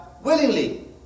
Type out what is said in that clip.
willingly